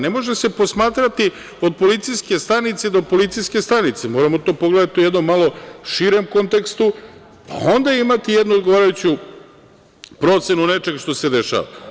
Ne može se posmatrati od policijske stanice do policijske stanice, moramo to pogledati u jedno malo širem kontekstu, pa onda imati jednu odgovarajuću procenu nečega što se dešava.